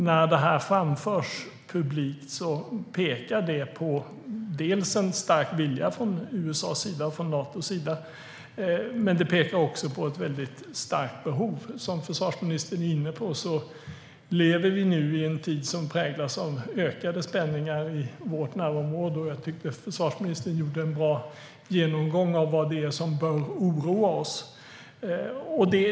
När detta framförs publikt pekar på det en stark vilja hos USA och Nato, och det pekar också på ett väldigt stort behov. Som försvarsministern var inne på lever vi nu i en tid som präglas av ökade spänningar i vårt närområde. Jag tycker att försvarsministern gjorde en bra genomgång av vad det är som bör oroa oss.